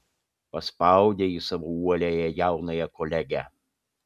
paspaudė ji savo uoliąją jaunąją kolegę